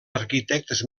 arquitectes